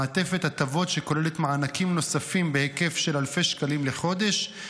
מעטפת הטבות שכוללת מענקים נוספים בהיקף של אלפי שקלים לחודש,